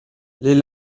les